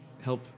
help